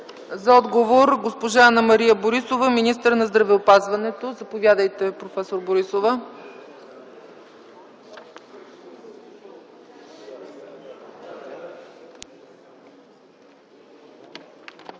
има думата госпожа Анна-Мария Борисова – министър на здравеопазването. Заповядайте, проф. Борисова.